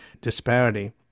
disparity